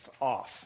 off